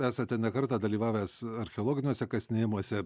esate ne kartą dalyvavęs archeologiniuose kasinėjimuose